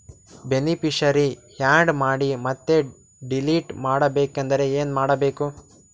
Beneficiary, add ಮಾಡಿ ಮತ್ತೆ delete ಮಾಡಬೇಕೆಂದರೆ ಏನ್ ಮಾಡಬೇಕು?